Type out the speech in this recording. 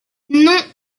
non